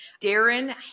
Darren